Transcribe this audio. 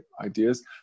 ideas